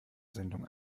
sendung